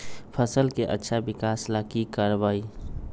फसल के अच्छा विकास ला की करवाई?